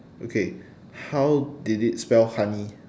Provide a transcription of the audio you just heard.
okay how did it spell honey